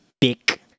big